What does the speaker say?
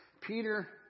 Peter